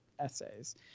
essays